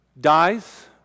dies